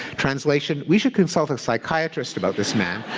translation we should consult a psychiatrist about this man,